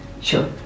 Sure